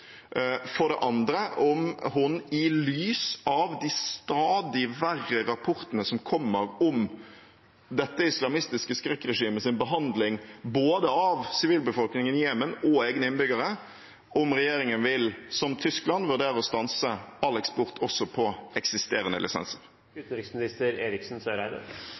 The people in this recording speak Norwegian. for det andre om regjeringen i lys av de stadig verre rapportene som kommer om dette islamistiske skrekkregimets behandling av både sivilbefolkningen i Jemen og egne innbyggere, vil – som Tyskland – vurdere å stanse all eksport også på eksisterende